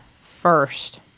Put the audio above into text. first